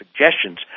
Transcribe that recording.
suggestions